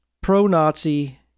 pro-Nazi